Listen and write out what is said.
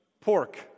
pork